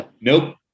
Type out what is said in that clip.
Nope